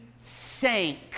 sank